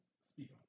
Speak